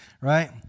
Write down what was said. right